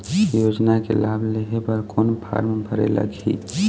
योजना के लाभ लेहे बर कोन फार्म भरे लगही?